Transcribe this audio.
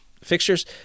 fixtures